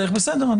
בסדר.